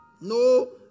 No